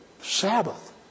Sabbath